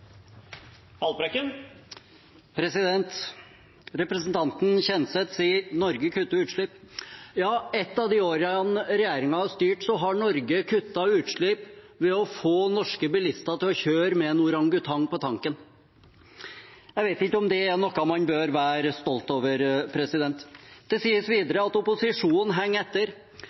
Representanten Kjenseth sier at Norge kutter utslipp. Ja, et av de årene regjeringen har styrt, har Norge kuttet utslipp ved å få norske bilister til å kjøre med en orangutang på tanken. Jeg vet ikke om det er noe man bør være stolt over. Det sies videre at opposisjonen henger etter.